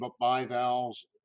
bivalves